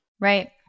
Right